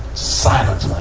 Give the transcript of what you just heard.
silence